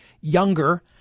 younger